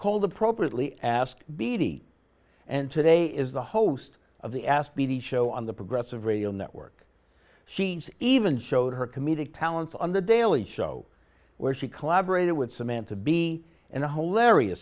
called appropriately ask bt and today is the host of the ask b d show on the progressive radio network sheets even showed her comedic talents on the daily show where she collaborated with samantha bee and a whole larry a